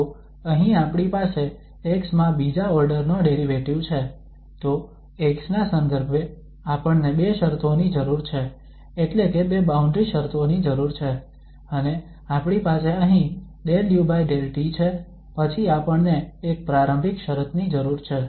તો અહીં આપણી પાસે x માં બીજાં ઓર્ડર નો ડેરિવેટિવ છે તો x ના સંદર્ભે આપણને બે શરતોની જરૂર છે એટલે કે બે બાઉન્ડ્રી શરતો ની જરૂર છે અને આપણી પાસે અહીં 𝜕u𝜕t છે પછી આપણને એક પ્રારંભિક શરતની જરૂર છે